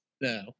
no